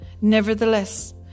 Nevertheless